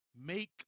make